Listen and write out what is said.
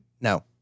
No